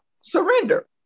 surrender